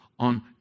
on